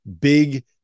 big